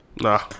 Nah